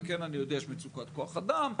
וכן, אני יודע, יש מצוקת כוח אדם.